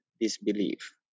disbelief